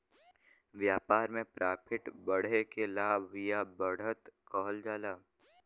व्यापार में प्रॉफिट बढ़े के लाभ या बढ़त कहल जाला